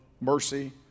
mercy